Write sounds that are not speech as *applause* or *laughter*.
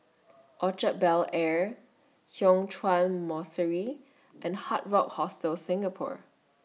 Orchard Bel Air *unintelligible* Chuan Monastery and Hard Rock Hostel Singapore